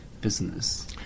business